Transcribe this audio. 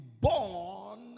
born